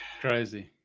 crazy